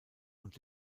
und